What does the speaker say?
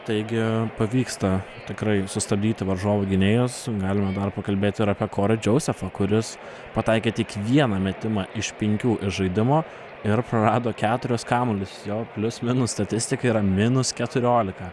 taigi pavyksta tikrai sustabdyti varžovų gynėjus galima dar pakalbėti ir apie korį džousefą kuris pataikė tik vieną metimą iš penkių iš žaidimo ir prarado keturis kamuolius jo plius minus statistika yra minus keturiolika